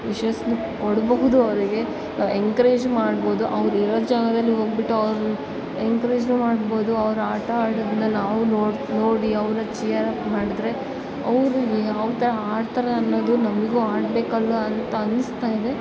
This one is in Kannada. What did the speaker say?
ಯಶಸ್ಸನ್ನ ಕೊಡಬಹುದು ಅವರಿಗೆ ಎನ್ಕರೇಜ್ ಮಾಡ್ಬೌದು ಅವ್ರು ಇರೋ ಜಾಗದಲ್ಲಿ ಹೋಗಿಬಿಟ್ಟು ಅವರು ಎನ್ಕರೇಜ್ನು ಮಾಡ್ಬೌದು ಅವ್ರು ಆಟ ಆಡೋದನ್ನ ನಾವು ನೋಡಿ ನೋಡಿ ಅವ್ರನ್ನ ಚಿಯರಪ್ ಮಾಡಿದರೆ ಅವರು ಯಾವ ತರಹ ಆಡ್ತಾರನ್ನೊದು ನಮಗು ಆಡಬೇಕಲ್ಲ ಅಂತ ಅನಿಸ್ತಾಯಿದೆ